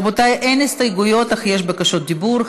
רבותיי, אין הסתייגויות, אך יש בקשות דיבור.